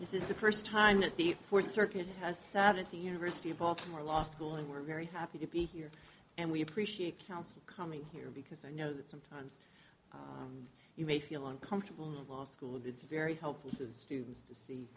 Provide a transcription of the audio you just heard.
this is the first time that the fourth circuit has sat at the university of baltimore law school and we're very happy to be here and we appreciate counsel coming here because i know that sometimes you may feel uncomfortable law school and it's very helpful to the students to see